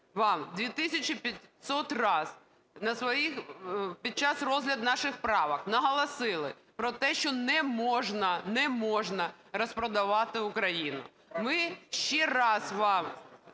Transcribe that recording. вам 2500 раз під час розгляду наших правок наголосили про те, що не можна, не можна розпродавати Україну. Ми ще раз